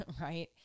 right